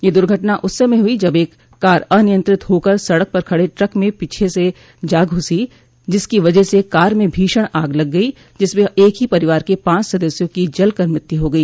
यह दुर्घटना उस समय हुई जब एक कार अनियंत्रित होकर सड़क पर खड़े ट्रक में पीछे से जा घुसी जिसकी वजह से कार में भीषण आग लग गई जिसमें एक ही परिवार के पांच सदस्यों की जलकर मृत्यु हो गई